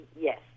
Yes